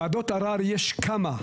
וועדות ערר יש כמה?